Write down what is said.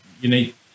unique